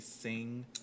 sing